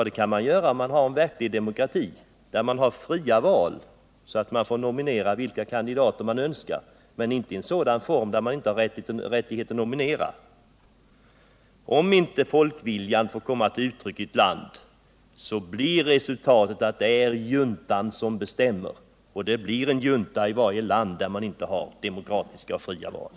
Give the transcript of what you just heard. Det kan man göra om man har en verklig demokrati med fria val där man får nominera vilka kandidater man önskar, men inte i system där man inte har rättighet att nominera. Om inte folkviljan får komma till uttryck i ett land blir resultatet att en junta bestämmer. Och det blir en junta i varje land där man inte har demokratiska och fria val.